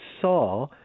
saw